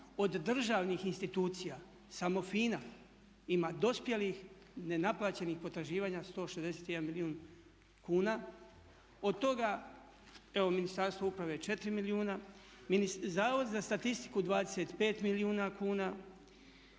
od državnih institucija samo FINA ima dospjelih nenaplaćenih potraživanja 161 milijun kuna. Od toga evo Ministarstvo uprave 4 milijuna, Zavod za statistiku 25 milijuna kuna,